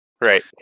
Right